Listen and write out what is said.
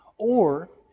or,